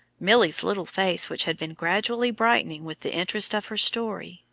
milly's little face, which had been gradually brightening with the interest of her story,